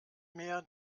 mehr